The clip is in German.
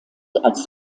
als